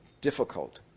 difficult